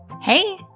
Hey